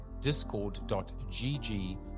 discord.gg